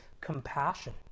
compassion